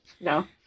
No